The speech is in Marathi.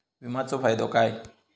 विमाचो फायदो काय?